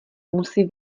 musí